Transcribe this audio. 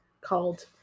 called